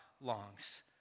longs